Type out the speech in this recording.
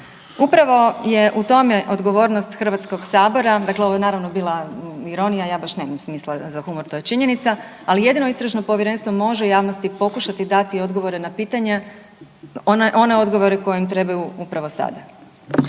Upravo je u tome odgovornost Hrvatskog sabora. Dakle, ovo je naravno bila ironija, ja baš nemam smisla za humor, to je činjenica. Ali jedino istražno povjerenstvo može javnosti pokušati dati odgovore na pitanja, one odgovore koji im trebaju upravo sada.